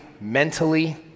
mentally